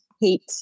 Hate